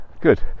good